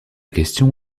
question